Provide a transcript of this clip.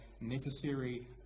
necessary